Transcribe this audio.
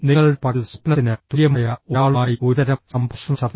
നിങ്ങളുടെ പകൽ സ്വപ്നത്തിന് തുല്യമായ ഒരാളുമായി ഒരുതരം സംഭാഷണ ചർച്ച